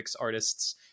artists